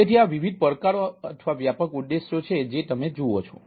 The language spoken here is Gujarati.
તેથી આ વિવિધ પડકારો અથવા વ્યાપક ઉદ્દેશો છે જે તમે જુઓ છો